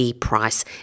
price